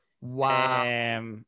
Wow